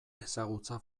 ezagutza